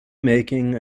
making